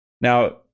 now